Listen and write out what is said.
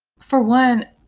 for one,